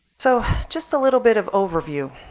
so just a little bit of overview.